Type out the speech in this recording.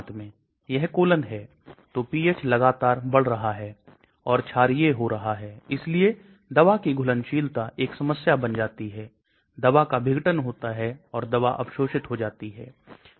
हमारे पास gastrointestinal epithelial cells blood capillary wall hepatocyte membrane glimerulus यह तंत्रिकाओं के अंत का समूह है spores और small blood vessels प्रतिबंधात्मक organ barriers जिनको blood brain barrier कहते हैं हम इसके बारे में और बात करेंगे